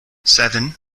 seven